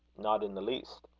not in the least.